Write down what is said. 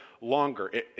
longer